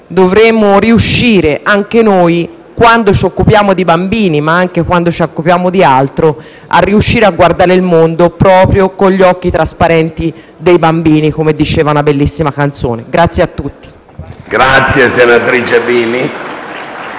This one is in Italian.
dovremmo riuscire anche noi, quando ci occupiamo di bambini, ma anche quando ci occupiamo di altro, a guardare il mondo proprio «con gli occhi trasparenti di un bambino», come diceva una bellissima canzone. Grazie a tutti. *(Applausi dai